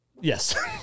Yes